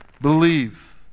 believe